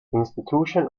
institution